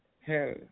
hell